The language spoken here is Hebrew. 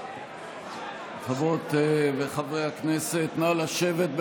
חברות וחברי הכנסת, נא לשבת,